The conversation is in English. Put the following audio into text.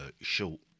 short